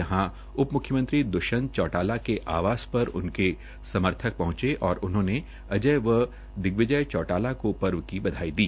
यहां उप म्ख्यमंत्री द्वष्यंत चौटाला के आवास पर उनके समर्थक पहंचे और उन्होंने अजय व दिग्विजय चौटाला को पर्व की बधाई दी